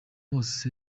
hose